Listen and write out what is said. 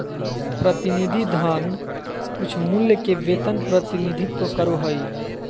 प्रतिनिधि धन कुछमूल्य के वेतन प्रतिनिधित्व करो हइ